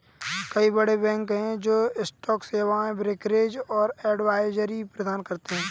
कई बड़े बैंक हैं जो स्टॉक सेवाएं, ब्रोकरेज और एडवाइजरी प्रदान करते हैं